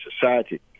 society